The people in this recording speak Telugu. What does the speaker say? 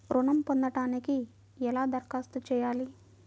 ఋణం పొందటానికి ఎలా దరఖాస్తు చేయాలి?